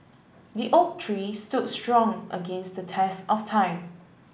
the oak tree stood strong against the test of time